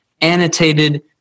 annotated